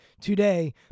today